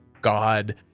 God